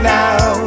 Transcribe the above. now